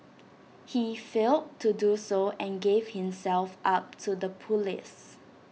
he failed to do so and gave himself up to the Police